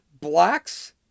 Blacks